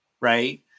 right